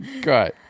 Great